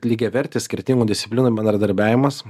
lygiavertis skirtingų disciplinų bendradarbiavimas